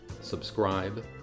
subscribe